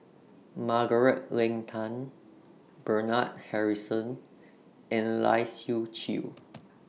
Margaret Leng Tan Bernard Harrison and Lai Siu Chiu